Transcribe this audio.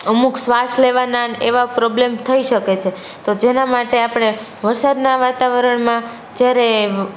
અમુક શ્વાસ લેવાના ને એવા પ્રોબ્લેમ થઈ શકે છે તો જેના માટે આપણે વરસાદનાં વાતાવરણમાં જયારે